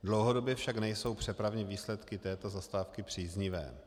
Dlouhodobě však nejsou přepravní výsledky této zastávky příznivé.